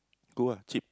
go lah cheap